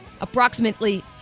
Approximately